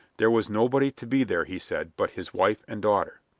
there was nobody to be there, he said, but his wife and daughter.